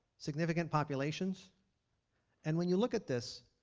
significant populations and when you look at this,